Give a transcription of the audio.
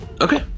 okay